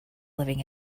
living